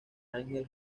ángel